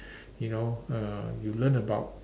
you know uh you learn about